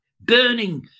burning